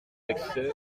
vexé